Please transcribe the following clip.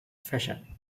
fashion